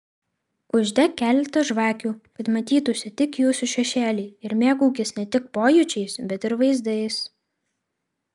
uždek keletą žvakių kad matytųsi tik jūsų šešėliai ir mėgaukis ne tik pojūčiais bet ir vaizdais